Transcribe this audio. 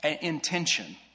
intention